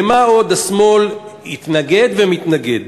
לְמה עוד השמאל התנגד ומתנגד.